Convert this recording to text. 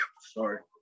Sorry